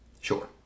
Sure